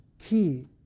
key